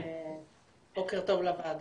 בוקר טוב לוועדה.